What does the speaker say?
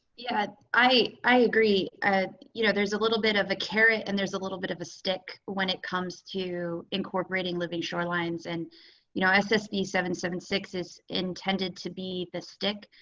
yeah, i agree. and, you know, there's a little bit of a carrot and there's a little bit of a stick when it comes to incorporating living shorelines. and you know sb seven seventy six is intended to be the stick,